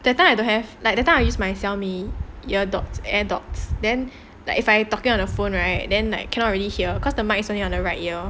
that time I don't have like that time I use my xiao mi ear dot air dots then like if I talking on the phone right then like cannot really hear cause the mic is only on the right ear